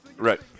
Right